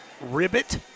Ribbit